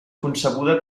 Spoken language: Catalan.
concebuda